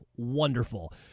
Wonderful